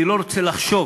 אני לא רוצה לחשוב,